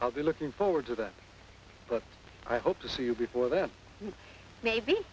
i'll be looking forward to that but i hope to see you before then me maybe